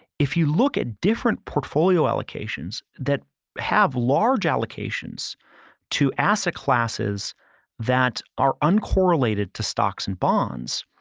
if you look at different portfolio allocations that have large allocations to asset classes that are uncorrelated to stocks and bonds,